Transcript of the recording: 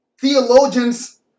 theologians